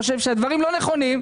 שהדברים לא נכונים,